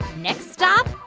next stop,